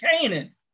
Canaan